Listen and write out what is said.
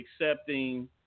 accepting